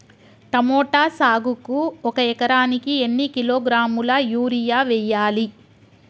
Tomato సాగుకు ఒక ఎకరానికి ఎన్ని కిలోగ్రాముల యూరియా వెయ్యాలి?